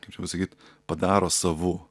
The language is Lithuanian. kaip čia pasakyt padaro savu